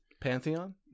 Pantheon